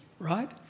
right